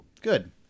Good